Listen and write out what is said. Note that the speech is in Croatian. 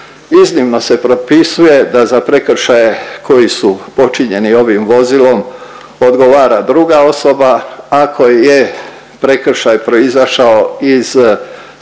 Iznimno se propisuje da za prekršaje koji su počinjeni ovim vozilom odgovara druga osoba, ako je prekršaj proizašao iz skrivljene